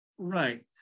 right